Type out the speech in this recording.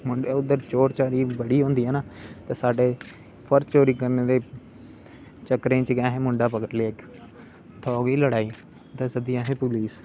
उद्धर चोरी चारी बड़ी होंदी है ना ते साडढ़े पर्स चोरी करने दे चक्कर च गै आसे मुड़ा पकड़ी लेआ इक उत्थै हो गेई लड़ाई सद्दी ओड़ी असें पुलिस